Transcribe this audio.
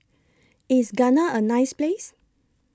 IS Ghana A nice Place